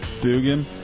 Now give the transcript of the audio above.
Dugan